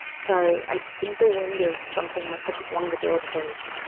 sorry, i think the wind or something must've swung the door closed.